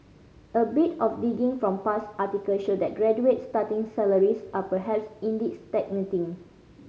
a bit of digging from past articles show that graduate starting salaries are perhaps indeed stagnating